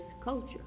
culture